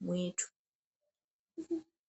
mwetu.